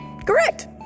Correct